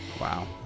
Wow